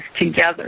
together